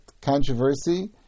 controversy